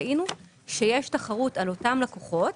ראינו שיש תחרות על אותם לקוחות,